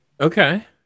Okay